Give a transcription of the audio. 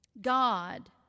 God